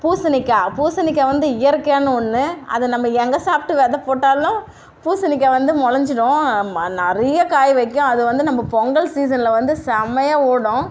பூசணிக்காய் பூசணிக்காய் வந்து இயற்கையான ஒன்று அதை நம்ம எங்கே சாப்பிட்டு வெதை போட்டாலும் பூசணிக்காய் வந்து முளஞ்சிரும் நிறைய காய் வைக்கும் அது வந்து நம்ம பொங்கல் சீசனில் வந்து செம்மையா ஓடும்